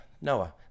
Noah